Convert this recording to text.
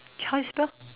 try spell